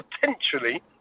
potentially